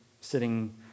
sitting